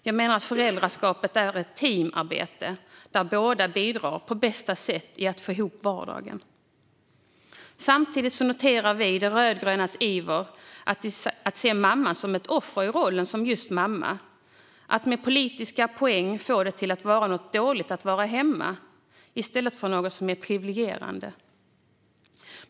Jag menar att föräldraskapet är ett lagarbete där båda bidrar på bästa sätt till att få ihop vardagen. Samtidigt noterar vi de rödgrönas iver att se mamman som ett offer i rollen som just mamma och att med politiska poäng få det till att vara något dåligt att vara hemma i stället för något som är privilegierande.